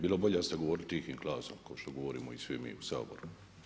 Bilo bi bolje da ste govorili tihim glasom kao što govorimo i svi mi u Saboru.